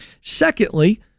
Secondly